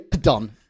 Done